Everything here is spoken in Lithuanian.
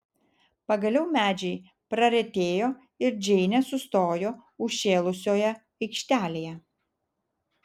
pagaliau medžiai praretėjo ir džeinė sustojo užžėlusioje aikštelėje